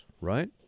right